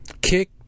kick